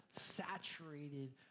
saturated